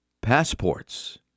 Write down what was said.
passports